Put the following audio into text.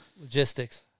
Logistics